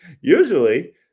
usually